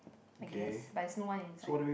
I guess but there is no one inside